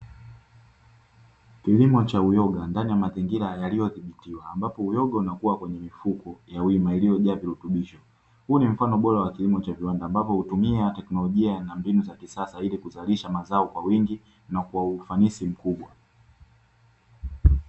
Kilimo cha uyoga ndani ya mazingira yaliyothibitiwa, ambapo uyoga unakuwa kwenye mifuko ya wima iliyojaa virutubisho, huu ni mfano bora wa kilimo cha viwanda ambapo hutumia teknolojia na mbinu za kisasa, ili kuzalisha mazao kwa wingi na kwa ufanisi mkubwa.